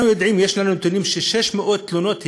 אנחנו יודעים, יש לנו נתונים ש-600 תלונות הגיעו,